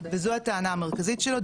וזו הטענה המרכזית שלו,